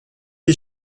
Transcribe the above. les